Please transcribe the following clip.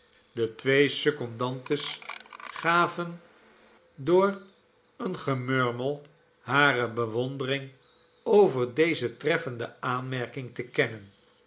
de twee secondantes gaven door een gemurmel hare bewondering over deze treffende aanmerking te kennen